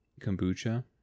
kombucha